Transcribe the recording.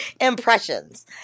Impressions